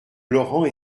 laurent